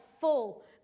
full